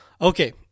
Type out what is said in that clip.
Okay